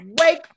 Wake